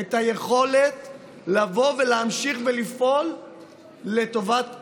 את היכולת לבוא ולהמשיך ולפעול לטובת האזרחים.